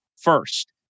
first